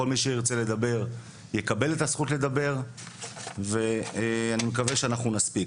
כל מי שירצה לדבר יקבל את הזכות לדבר ואני מקווה שאנחנו נספיק.